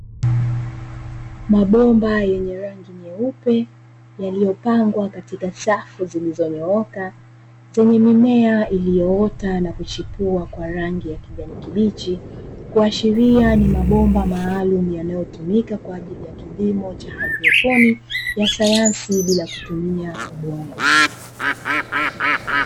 Mabomba yenye rangi nyeupe yaliyopangwa katika safu ziliizonyooka zenye mimea, iliyoota na kuchepua kwa rangi ya kijani kibichi, kuashiria ni mabomba maalumu yanayotumika kwaajili ya kilimo cha haidroponi ya sayansi bila kutumia udongo.